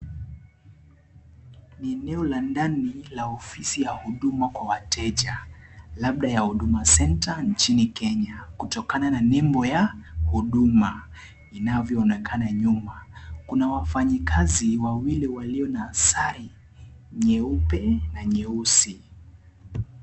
Ni eneo la ndani la ofisi ya huduma kwa wateja, labda ya huduma Centre nchini Kenya kutokana na nembo ya huduma inavyoonekana nyuma. Kuna wafanyakazi wawili walio na sare nyeupe na nyeusi.